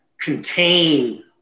contain